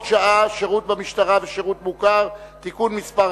שעה) (שירות במשטרה ושירות מוכר) (תיקון מס'